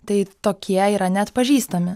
tai tokie yra neatpažįstami